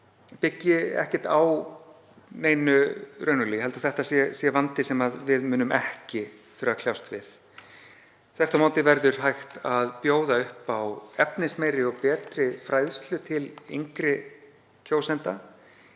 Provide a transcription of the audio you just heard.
byggist ekki á neinu raunverulegu. Ég held að það sé vandi sem við munum ekki þurfa að kljást við. Þvert á móti verður hægt að bjóða upp á efnismeiri og betri fræðslu til yngri kjósenda,